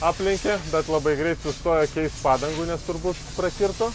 aplenkė bet labai greit sustojo keist padangų nes turbūt prakirto